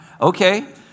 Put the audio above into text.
Okay